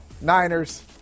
Niners